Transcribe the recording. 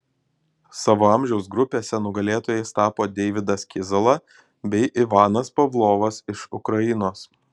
savo amžiaus grupėse nugalėtojais tapo deividas kizala bei ivanas pavlovas iš ukrainos